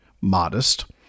modest